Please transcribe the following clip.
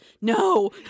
no